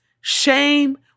shame